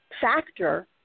factor